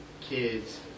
kids